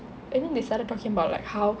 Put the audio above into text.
and then they started talking about like how